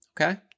Okay